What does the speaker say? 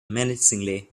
menacingly